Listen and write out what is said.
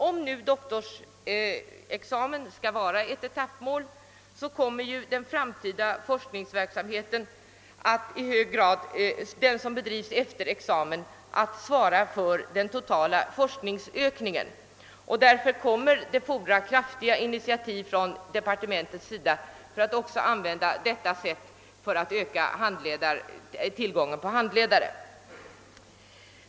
Om doktorsexamen skall vara ett etappmål, kommer den forskningsverksamhet som bedrivs efter examen att i hög grad svara för den totala forskningsökningen. Därför kommer det att fordras kraftiga initiativ från departementets sida för att också använda detta sätt att öka tillgången på handledare.